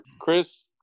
Chris